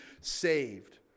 saved